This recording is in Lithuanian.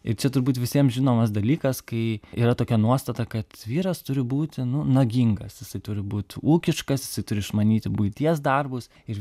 ir čia turbūt visiems žinomas dalykas kai yra tokia nuostata kad vyras turi būti nu nagingas jisai turi būt ūkiškas jisai turi išmanyti buities darbus ir